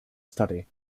study